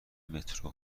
مترو